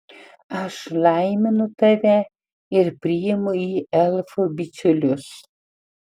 aš laiminu tave ir priimu į elfų bičiulius